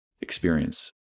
experience